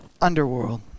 underworld